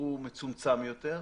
הוא מצומצם יותר,